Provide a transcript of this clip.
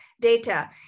data